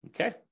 okay